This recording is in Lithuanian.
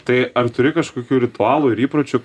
tai ar turi kažkokių ritualų ir įpročių